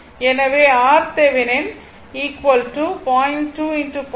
எனவே RThevenin 0